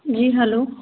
जी hello